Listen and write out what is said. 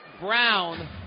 Brown